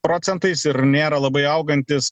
procentais ir nėra labai augantis